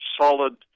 solid